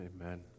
Amen